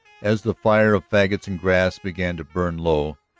as the fire of fagots and grass began to burn low,